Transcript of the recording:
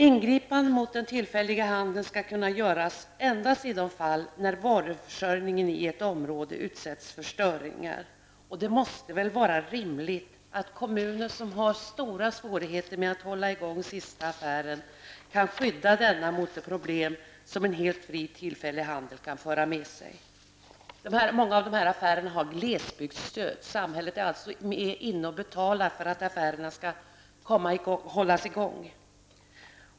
Ingripanden mot den tillfälliga handeln skall kunna göras endast i de fall när varuförsörjningen i ett område utsätts för störningar. Det måste väl vara rimligt att kommuner som har stora svårigheter att hålla i gång den sista affären kan skydda denna mot de problem som en helt fri tillfällig handel kan föra med sig. Många av dessa affärer har glesbygdsstöd; samhället betalar för att affärerna skall kunna hållas i gång.